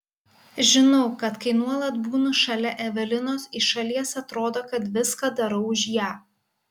žinau kad kai nuolat būnu šalia evelinos iš šalies atrodo kad viską darau už ją